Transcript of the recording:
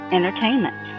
Entertainment